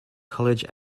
college